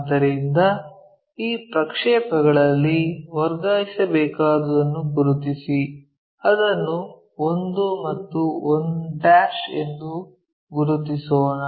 ಆದ್ದರಿಂದ ಈ ಪ್ರಕ್ಷೇಪಗಳಲ್ಲಿ ವರ್ಗಾಯಿಸಬೇಕಾದದ್ದನ್ನು ಗುರುತಿಸಿ ಅದನ್ನು 1 ಮತ್ತು 1 ಎಂದು ಗುರುತಿಸೋಣ